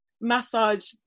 massage